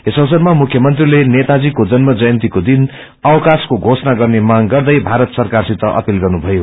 यस अवसरामा मुख्यमंत्रीले नेताजीको जन्म जयन्तीको दिनअवाकाशको घोषणा गर्ने मांग गर्दै भारत सरकारसित अपील गर्नुभयो